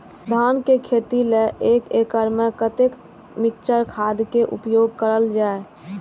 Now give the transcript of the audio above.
धान के खेती लय एक एकड़ में कते मिक्चर खाद के उपयोग करल जाय?